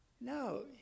No